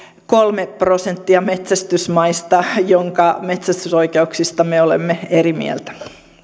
kolme prosenttia metsästysmaista jonka metsästysoikeuksista me olemme eri mieltä